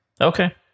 Okay